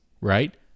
right